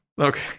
Okay